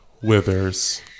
withers